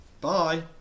Bye